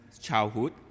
childhood